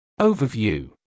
Overview